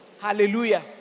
Hallelujah